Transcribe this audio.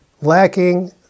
lacking